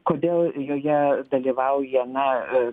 kodėl joje dalyvauja na